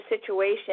situation